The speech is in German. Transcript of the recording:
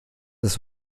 ist